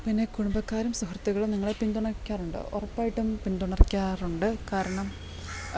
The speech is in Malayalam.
പിന്നെ കുടുംബക്കാരും സുഹൃത്തുകളും നിങ്ങളെ പിന്തുണയ്ക്കാറുണ്ട് ഉറപ്പായിട്ടും പിന്തുണയ്ക്കാറുണ്ട് കാരണം